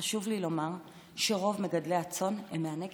חשוב לי לומר שרוב מגדלי הצאן הם מהנגב,